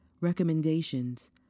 recommendations